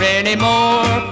anymore